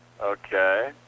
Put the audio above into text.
Okay